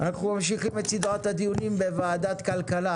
אנחנו ממשיכים את סדרת הדיונים בוועדת הכלכלה